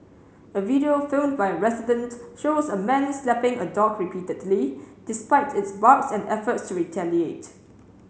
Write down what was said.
a video filmed by a resident shows a man slapping a dog repeatedly despite its barks and efforts to retaliate